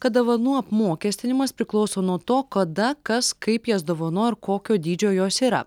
kad dovanų apmokestinimas priklauso nuo to kada kas kaip jas dovanoja ir kokio dydžio jos yra